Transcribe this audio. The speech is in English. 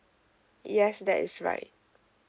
yes that is right